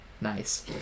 Nice